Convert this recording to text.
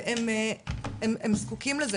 והם זקוקים לזה.